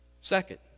Second